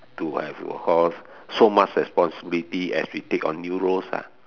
to have to of course so much responsibility as we take on new roles ah